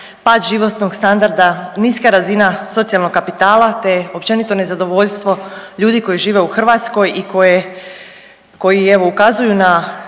pad životnog standarda, niska razina socijalnog kapitala te općenito nezadovoljstvo ljudi koji žive u Hrvatskoj i koje, koji evo ukazuju na